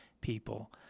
people